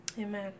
Amen